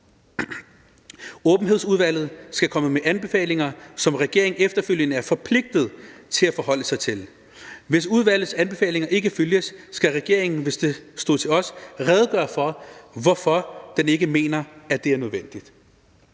Åbenhedsudvalget skal komme med anbefalinger, som regeringen efterfølgende er forpligtet til at forholde sig til. Hvis udvalgets anbefalinger ikke følges, skal regeringen, hvis det stod til os, redegøre for, hvorfor den ikke mener, at det er nødvendigt.